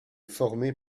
formé